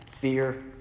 fear